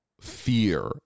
fear